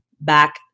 back